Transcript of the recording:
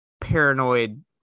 Paranoid